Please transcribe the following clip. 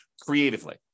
creatively